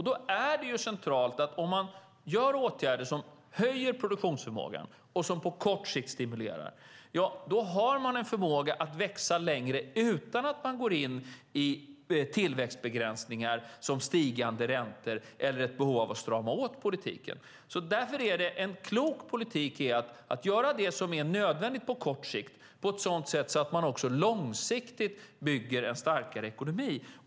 Då är det centralt att man, om man gör åtgärder som höjer produktionsförmågan och på kort sikt stimulerar, har förmågan att växa under längre tid utan att gå in i tillväxtbegränsningar som stigande räntor eller ett behov av att strama åt politiken. Därför är det en klok politik att göra det som är nödvändigt på kort sikt på ett sådant sätt att man också långsiktigt bygger en starkare ekonomi.